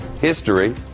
history